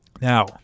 now